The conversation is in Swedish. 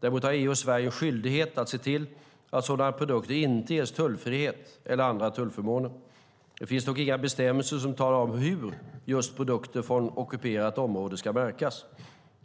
Däremot har EU och Sverige en skyldighet att se till att sådana produkter inte ges tullfrihet eller andra tullförmåner. Det finns dock inga bestämmelser som talar om hur just produkter från ockuperat område ska märkas.